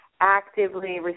actively